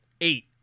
Eight